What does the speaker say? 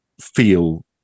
feel